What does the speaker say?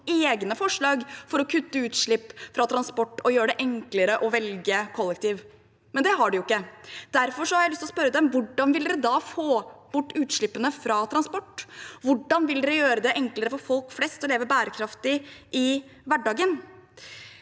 egne forslag for å kutte utslipp fra transport og gjøre det enklere å velge kollektiv, men det har de jo ikke. Derfor har jeg lyst å spørre dem: Hvordan vil de da få bort utslippene fra transport? Hvordan vil de gjøre det enklere for folk flest å leve bærekraftig i hverdagen?